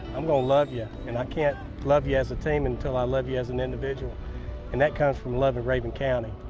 i'm going to love you and i can't love you as a team until i love you as an individual and that comes from loving raven county.